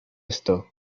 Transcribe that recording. esto